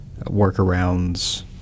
workarounds